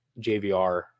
JVR